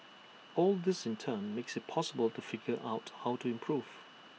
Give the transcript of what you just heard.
all this in turn makes IT possible to figure out how to improve